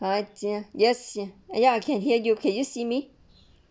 ha jie yes jie ya can hear you can you see me